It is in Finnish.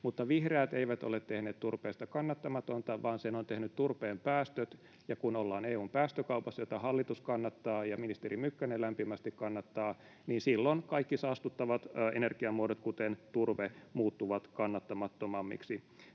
Vihreät eivät ole tehneet turpeesta kannattamatonta, vaan sen ovat tehneet turpeen päästöt, ja kun ollaan EU:n päästökaupassa, jota hallitus kannattaa ja ministeri Mykkänen lämpimästi kannattaa, niin silloin kaikki saastuttavat energiamuodot, kuten turve, muuttuvat kannattamattomammiksi.